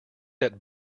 that